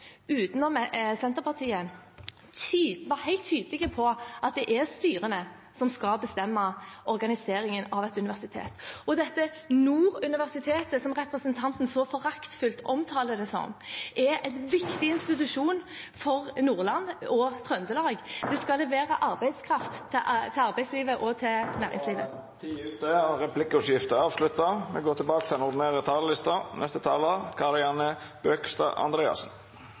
styrene som skal bestemme organiseringen av et universitet. Og dette Nord universitet, som representanten så foraktfullt omtaler det som, er en viktig institusjon for Nordland og Trøndelag og skal levere arbeidskraft til arbeidslivet og til næringslivet.